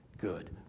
good